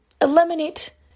Eliminate